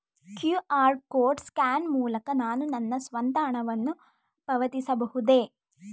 QR code scan ಮೂಲಕ ನಾನು ನನ್ನ ಸ್ವಂತ ಹಣವನ್ನು ಪಾವತಿಸಬಹುದೇ?